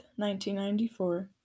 1994